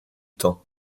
temps